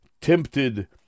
tempted